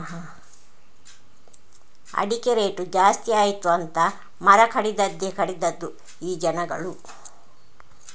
ಅಡಿಕೆ ರೇಟು ಜಾಸ್ತಿ ಆಯಿತು ಅಂತ ಮರ ಕಡಿದದ್ದೇ ಕಡಿದದ್ದು ಈ ಜನಗಳು